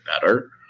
better